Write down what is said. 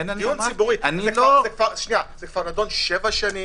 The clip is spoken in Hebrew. זה נדון שבע שנים.